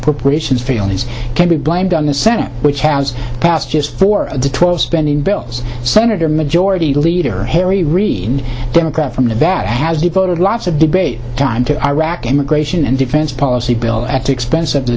appropriations feelings can be blamed on the senate which has passed just four to twelve spending bills senator majority leader harry reid democrat from nevada has devoted lots of debate time to iraq immigration and defense policy bill at the expense of the